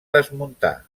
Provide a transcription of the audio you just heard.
desmuntar